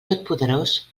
totpoderós